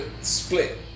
split